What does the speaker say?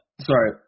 Sorry